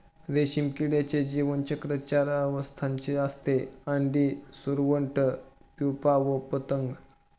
रेशीम किड्याचे जीवनचक्र चार अवस्थांचे असते, अंडी, सुरवंट, प्युपा व पतंग